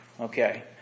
Okay